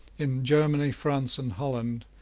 in germany, france, and holland,